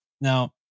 Now